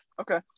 Okay